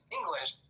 english